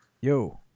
Yo